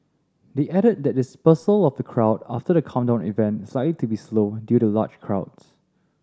they added that dispersal of the crowd after the countdown event is likely to be slow due to large crowds